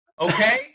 Okay